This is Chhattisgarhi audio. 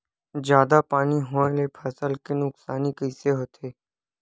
जादा पानी होए ले फसल के नुकसानी कइसे होथे?